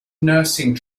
nursing